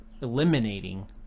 eliminating